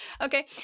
Okay